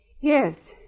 Yes